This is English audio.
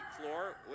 floor